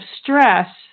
stress